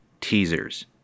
Teasers